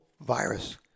virus